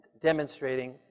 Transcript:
demonstrating